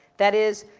that is,